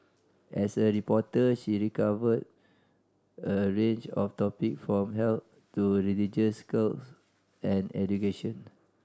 as a reporter she recovered a range of topic from health to religious cults and education